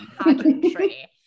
pageantry